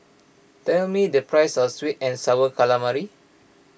tell me the price of Sweet and Sour Calamari